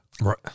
Right